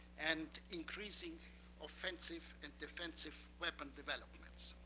and increasingly offensive and defensive weapon developments.